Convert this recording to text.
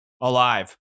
Alive